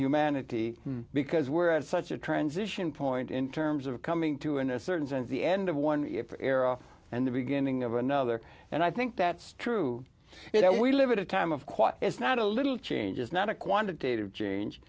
humanity because we're at such a transition point in terms of coming to in a certain sense the end of one if era and the beginning of another and i think that's true that we live in a time of quote it's not a little change it's not a quantitative change